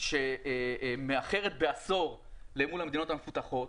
שמאחרת בעשור אל מול המדינות המפותחות.